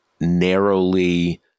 narrowly